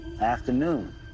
Afternoon